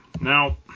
Now